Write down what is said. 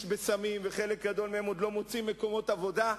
בסמים וחלק גדול מהם עוד לא מוצאים מקומות עבודה.